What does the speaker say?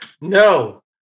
no